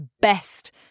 best